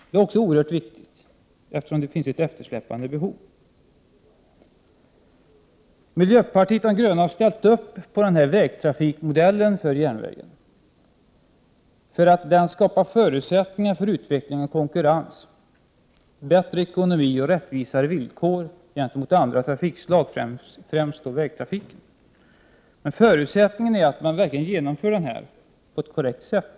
Det är också oerhört viktigt, eftersom det finns ett eftersläpande behov. Miljöpartiet de gröna har ställt upp på vägtrafikmodellen för järnvägen, för att den skapar förutsättningar för utveckling och konkurrens, bättre ekonomi och rättvisare villkor gentemot andra trafikslag, främst vägtrafiken. En förutsättning är dock att man verkligen genomför detta på ett korrekt sätt.